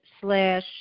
slash